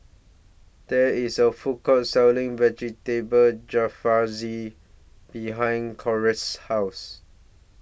There IS A Food Court Selling Vegetable Jalfrezi behind Corrine's House